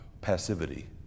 passivity